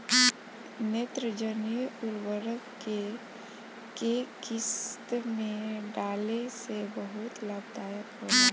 नेत्रजनीय उर्वरक के केय किस्त में डाले से बहुत लाभदायक होला?